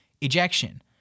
ejection